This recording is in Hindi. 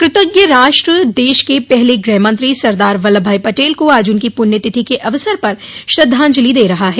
कृतज्ञ राष्ट्र देश के पहले गहमंत्री सरदार वल्लभ भाई पटेल को आज उनकी पूण्य तिथि के अवसर पर श्रद्धाजलि दे रहा है